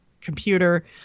computer